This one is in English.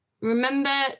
Remember